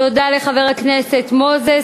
תודה לחבר הכנסת מוזס.